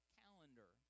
calendar